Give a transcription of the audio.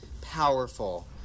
powerful